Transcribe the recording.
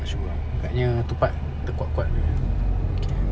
tak sure ah bukanya tempat terkuat-kuat sangat